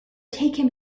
take